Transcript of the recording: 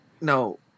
No